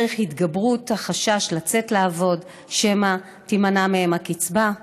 דרך התגברות החשש לצאת לעבוד שמא תימנע מהם הקצבה,